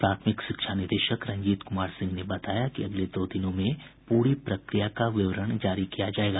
प्राथमिक शिक्षा निदेशक रंजीत कुमार सिंह ने बताया कि अगले दो दिनों में पूरी प्रक्रिया का विवरण जारी किया जायेगा